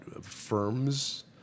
firms